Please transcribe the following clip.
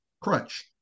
crunch